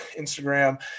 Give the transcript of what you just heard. Instagram